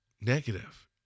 negative